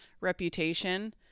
reputation